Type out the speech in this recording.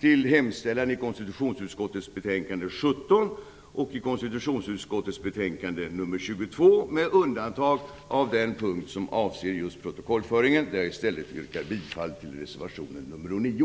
till hemställan i konstitutionsutskottets betänkande 17 och i konstitutionsutskottets betänkande 22 med undantag av den punkt som avser just protokollföringen, där jag i stället yrkar bifall till reservation nr 9.